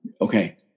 Okay